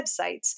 websites